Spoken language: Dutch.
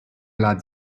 laat